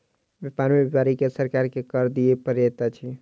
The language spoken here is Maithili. व्यापार में व्यापारी के सरकार के कर दिअ पड़ैत अछि